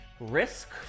risk